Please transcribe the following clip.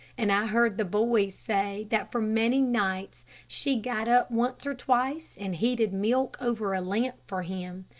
and i heard the boys say that for many nights she got up once or twice and heated milk over a lamp for him.